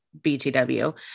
BTW